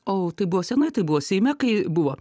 o tai buvo senai tai buvo seime kai buvo